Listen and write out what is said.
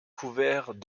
couvert